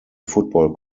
football